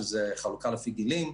שזה חלוקה לפי גילים,